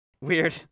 Weird